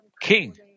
king